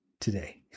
today